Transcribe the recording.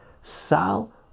sal